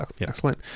excellent